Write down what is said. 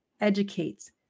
educates